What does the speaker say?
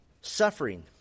suffering